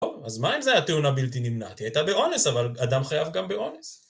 טוב, אז מה אם זו הייתה תאונה בלתי נמנעת, היא הייתה באונס, אבל אדם חייב גם באונס